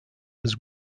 was